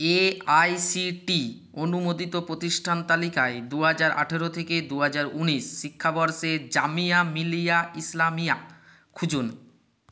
AICTE অনুমোদিত প্রতিষ্ঠান তালিকায় দু হাজার আঠারো থেকে দু হাজার উনিশ শিক্ষাবর্ষে জামিয়া মিলিয়া ইসলামিয়া খুঁজুন